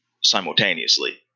simultaneously